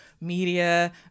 media